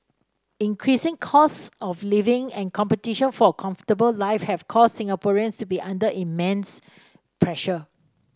increasing costs of living and competition for a comfortable life have caused Singaporeans to be under immense pressure